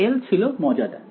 L ছিল মজাদার